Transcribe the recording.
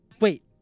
Wait